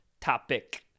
topic